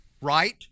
Right